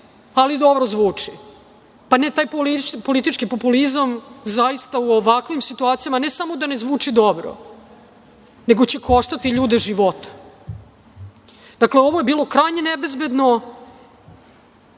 ali dobro zvuči. Pa, ne, taj politički populizam zaista u ovakvim situacijama ne samo da ne zvuči dobro, nego će koštati ljude života. Dakle, ovo je bilo krajnje nebezbedno.